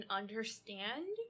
understand